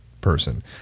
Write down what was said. person